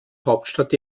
hauptstadt